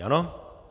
Ano.